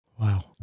Wow